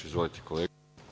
Izvolite kolega.